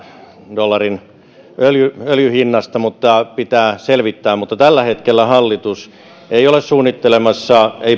dollarin öljyn öljyn hinnasta mutta pitää selvittää tällä hetkellä hallitus ei ole suunnittelemassa